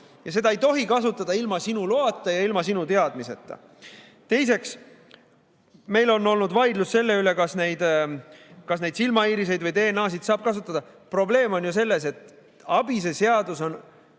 ja seda ei tohi kasutada ilma sinu loata ja ilma sinu teadmiseta. Meil on olnud vaidlus selle üle, kas neid silmaiiriseid või DNA-sid saab kasutada. Probleem on ju selles, et ABIS-e seadus on